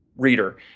Reader